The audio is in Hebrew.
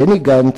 בני גנץ,